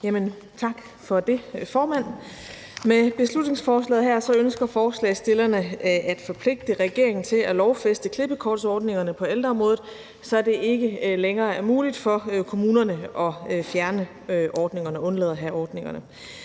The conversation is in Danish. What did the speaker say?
Tak for det, formand. Med beslutningsforslaget her ønsker forslagsstillerne at forpligte regeringen til at lovfæste klippekortsordningerne på ældreområdet, så det ikke længere er muligt for kommunerne at fjerne ordningerne og undlade at have ordningerne.